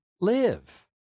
live